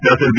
ಡಾ ಬಿ